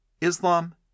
Islam